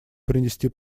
принести